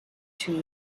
two